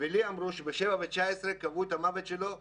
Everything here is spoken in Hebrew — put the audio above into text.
ולי אמרו שב-7:19 קבעו את המוות שלו במסוק.